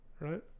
Right